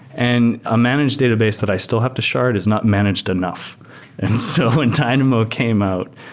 and a managed database that i still have to shard is not managed enough and so when dynamo came out,